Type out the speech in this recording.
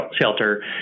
shelter